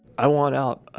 i want out.